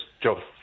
Joe